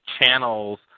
channels